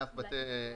מאף בית עסק.